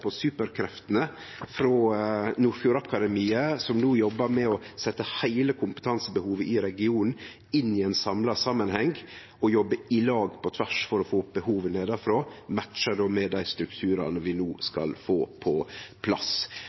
på superkreftene» frå Nordfjordakademiet, som no jobbar med å setje heile kompetansebehovet i regionen inn i ein samla samanheng og jobba i lag på tvers for å få opp behovet nedanfrå, matchar med dei strukturane vi no skal få på plass.